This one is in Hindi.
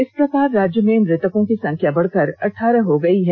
इस प्रकार राज्य में मृतकों की संख्या बढ़कर अट्ठारह हो गई है